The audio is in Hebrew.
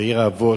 בעיר האבות.